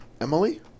Emily